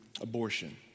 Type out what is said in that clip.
abortion